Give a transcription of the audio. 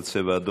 את צבע אדום.